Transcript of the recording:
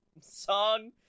song